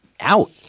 out